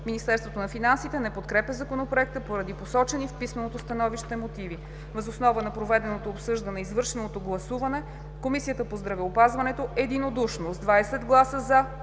Министерството на финансите не подкрепя Законопроекта поради посочени в писменото становище мотиви. Въз основа на проведеното обсъждане и извършеното гласуване Комисията по здравеопазването единодушно, с 20 гласа „за“,